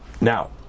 now